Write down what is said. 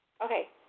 Okay